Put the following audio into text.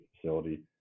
facility